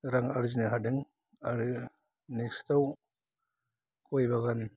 रां आरजिनो हादों आरो नेक्स्ताव गय बागान